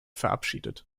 verabschiedet